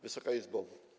Wysoka Izbo!